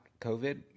COVID